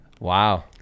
Wow